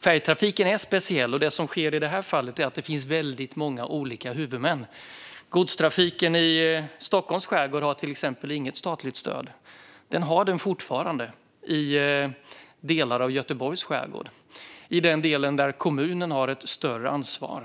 Färjetrafiken är speciell. I det här fallet finns det väldigt många olika huvudmän. Godstrafiken i Stockholms skärgård har till exempel inget statligt stöd. Det har den fortfarande i delar av Göteborgs skärgård, i den del där kommunen har ett större ansvar.